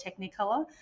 Technicolor